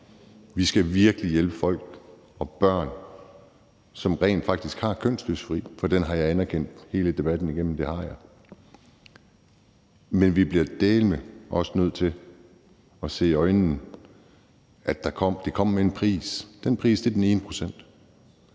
vi skal virkelig hjælpe folk og børn, som rent faktisk har kønsdysfori, for den har jeg anerkendt hele debatten igennem; det har jeg. Men vi bliver dæleme også nødt til at se i øjnene, at det kommer med en pris. Den pris er den ene